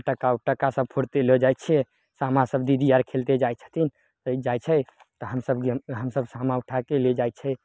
फटक्का उटक्का सभ फोड़िते लअ जाइ छियै सामा सभ दीदी आर खेलतै जाइ छथिन ओ जाइ छै तऽ हमसभ सामा उठाके लए जाइ छै